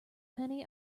penny